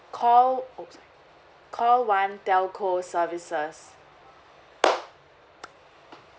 call oh sorry call one telco services